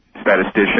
statistician